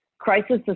Crisis